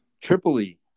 Tripoli